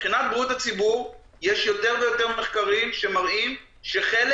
מבחינת בריאות הציבור יש יותר ויותר מחקרים שמראים שחלק